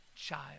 child